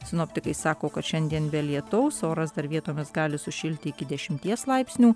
sinoptikai sako kad šiandien be lietaus oras dar vietomis gali sušilti iki dešimties laipsnių